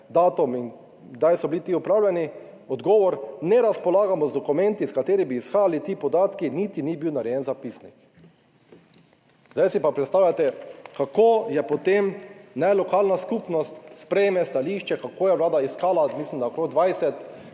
datum in kdaj so bili ti opravljeni. Odgovor: ne razpolagamo z dokumenti iz katerih bi izhajali ti podatki, niti ni bil narejen zapisnik. Zdaj si pa predstavljajte, kako je potem, naj lokalna skupnost sprejme stališče, kako je Vlada iskala, mislim, da okrog 20